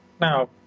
Now